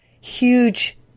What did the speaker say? huge